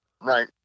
Right